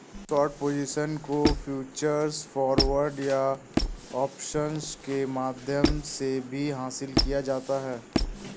short position को futures, forwards या options के माध्यम से भी हासिल किया जाता है